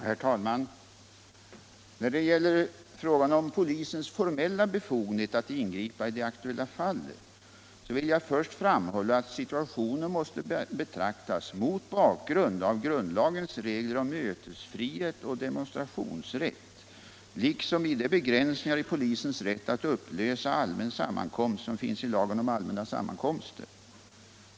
Herr talman! När det gäller frågan om polisens formella befogenhet att ingripa i det aktuella fallet vill jag först framhålla att situationen måste betraktas mot bakgrunden av grundlagens regler om mötesfrihet och demonstrationsrätt och mot bakgrunden av de begränsningar i polisens rätt att upplösa allmän sammankomst som föreskrivs i lagen om allmänna sammankomster.